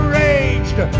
raged